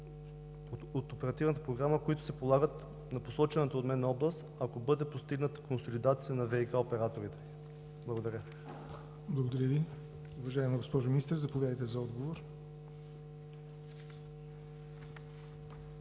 от Оперативната програма, които се полагат на посочената от мен област, ако бъде постигната консолидация на ВиК операторите? Благодаря. ПРЕДСЕДАТЕЛ ЯВОР НОТЕВ: Благодаря Ви. Уважаема госпожо Министър, заповядайте за отговор.